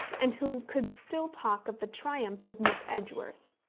and who could still talk of the triumphs of miss edgeworth.